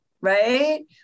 right